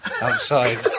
outside